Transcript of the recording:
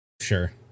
Sure